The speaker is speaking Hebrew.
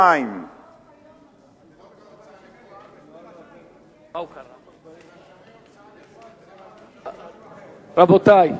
32. רבותי,